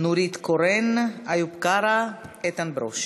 נורית קורן, איוב קרא, איתן ברושי.